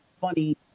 funny